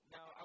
Now